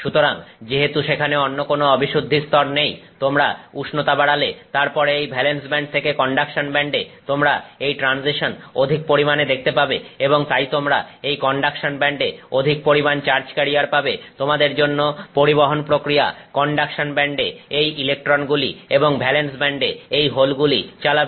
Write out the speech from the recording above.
সুতরাং যেহেতু সেখানে অন্য কোন অবিশুদ্ধি স্তর নেই তোমরা উষ্ণতা বাড়ালে তারপরে এই ভ্যালেন্স ব্যান্ড থেকে কন্ডাকশন ব্যান্ডে তোমরা এই ট্রানজিশন অধিক পরিমাণে দেখতে পাবে এবং তাই তোমরা এই কন্ডাকশন ব্যান্ডে অধিক পরিমাণ চার্জ কেরিয়ার পাবে তোমাদের জন্য পরিবহন প্রক্রিয়া কন্ডাকশন ব্যান্ডে এই ইলেকট্রন গুলি এবং ভ্যালেন্স ব্যান্ডে এই হোল গুলি চালাবে